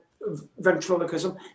ventriloquism